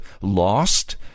lost